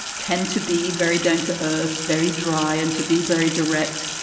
tend to be very down to earth, very dry and to be very direct.